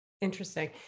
Interesting